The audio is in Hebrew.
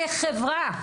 כחברה?